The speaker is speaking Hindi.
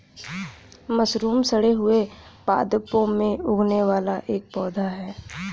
मशरूम सड़े हुए पादपों में उगने वाला एक पौधा है